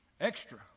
Extra